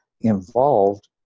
involved